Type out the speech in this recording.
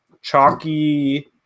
chalky